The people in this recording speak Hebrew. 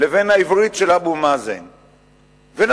לבין העברית של אבו מאזן ונמשיך.